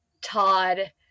Todd